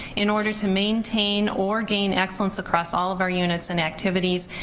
in order to maintain or gain excellence across all of our units and activities.